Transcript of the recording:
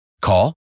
Call